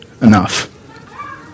enough